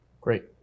Great